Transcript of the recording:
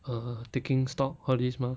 uh taking stock all these mah